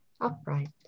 upright